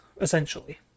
essentially